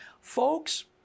Folks